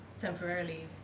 temporarily